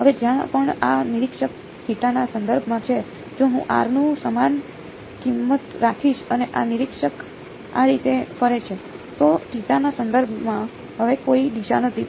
હવે જ્યાં પણ આ નિરીક્ષક થીટાના સંદર્ભમાં છે જો હું r ની સમાન કિંમત રાખીશ અને આ નિરીક્ષક આ રીતે ફરે છે તો થીટાના સંદર્ભમાં હવે કોઈ દિશા નથી